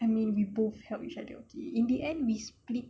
I mean we both help each other okay in the end we split